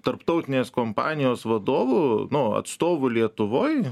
tarptautinės kompanijos vadovu nu atstovu lietuvoj